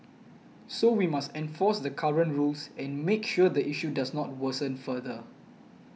so we must enforce the current rules and make sure the issue does not worsen further